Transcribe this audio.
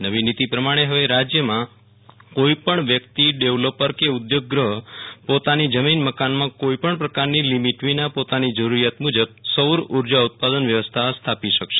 નવી નીતિ પ્રમાણે હવે રાજ્યમાં કોઈપણ વ્યક્તિ ડેવલોપર કે ઉદ્યોગગૃહ પોતાની જમીન મકાનમાં કોઈપણ પ્રકારની લીમીટ વિના પોતાની જરૂરિયાત મુજબ સૌર ઉર્જા ઉત્પાદન વ્યવસ્થા સ્થાપી શકશે